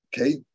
Okay